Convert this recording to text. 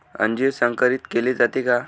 अंजीर संकरित केले जाते का?